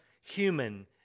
human